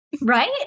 Right